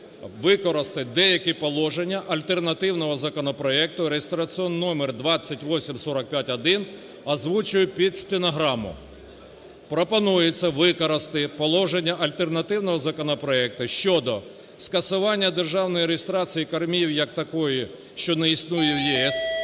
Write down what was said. використати деякі положення альтернативного законопроекту (реєстраційний номер 2845-1). Озвучую під стенограму: пропонується використати положення альтернативного законопроекту щодо скасування державної реєстрації кормів як такої, що не існує в ЄС,